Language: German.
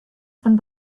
von